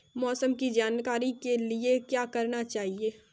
मौसम की जानकारी के लिए क्या करना चाहिए?